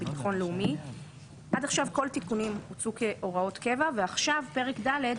מגבלות עלהתשס"ה-2004,